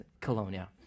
Colonia